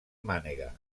mànega